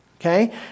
Okay